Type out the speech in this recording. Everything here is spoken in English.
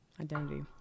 Identity